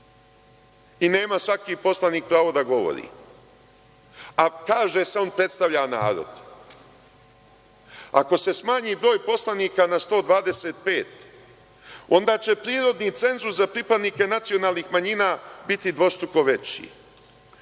I nema svaki poslanik pravo da govori, a kaže se – on predstavlja narod. Ako se smanji broj poslanika na 125, onda će prirodni cenzus za pripadnike nacionalnih manjina biti dvostruko veći. Imam